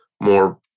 more